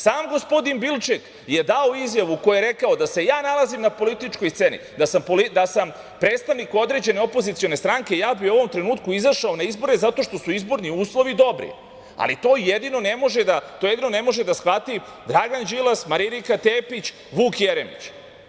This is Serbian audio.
Sam gospodin Bilček je dao izjavu i rekao – da se ja nalazim na političkoj sceni, da sam predstavnik određene opozicione stranke, ja bih u ovom trenutku izašao na izbore zato što su izborni uslovi dobri, ali to jedini ne može da shvati Dragan Đilas, Marinika Tepić, Vuk Jeremić.